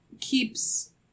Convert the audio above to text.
keeps